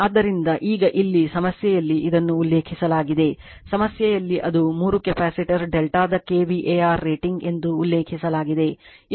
ಆದ್ದರಿಂದ ಈಗ ಇಲ್ಲಿ ಸಮಸ್ಯೆಯಲ್ಲಿ ಇದನ್ನು ಉಲ್ಲೇಖಿಸಲಾಗಿದೆ ಸಮಸ್ಯೆಯಲ್ಲಿ ಅದು ಮೂರು ಕೆಪಾಸಿಟರ್ ಡೆಲ್ಟಾದ kVAr ರೇಟಿಂಗ್ ಎಂದು ಉಲ್ಲೇಖಿಸಲಾಗಿದೆ ಇದು power factor 0